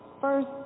First